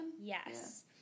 Yes